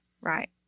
Right